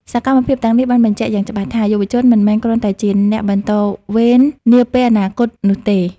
សកម្មភាពទាំងនេះបានបញ្ជាក់យ៉ាងច្បាស់ថា យុវជនមិនមែនគ្រាន់តែជាអ្នកបន្តវេននាពេលអនាគតនោះទេ។